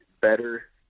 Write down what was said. better